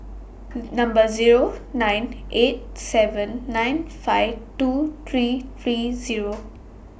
Number Zero nine eight seven nine five two three three Zero